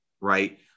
Right